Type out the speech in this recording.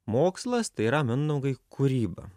mokslas tai yra mindaugai kūryba